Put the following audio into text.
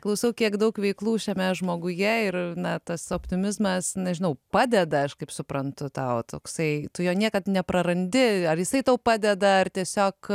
klausau kiek daug veiklų šiame žmoguje ir na tas optimizmas nežinau padeda aš kaip suprantu tau toksai tu jo niekad neprarandi ar jisai tau padeda ar tiesiog